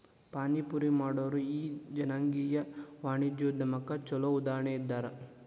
ಪಾನಿಪುರಿ ಮಾಡೊರು ಈ ಜನಾಂಗೇಯ ವಾಣಿಜ್ಯೊದ್ಯಮಕ್ಕ ಛೊಲೊ ಉದಾಹರಣಿ ಇದ್ದಾರ